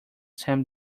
sent